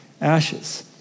ashes